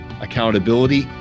accountability